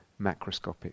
macroscopic